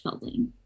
building